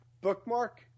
bookmark